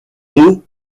haut